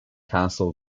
castle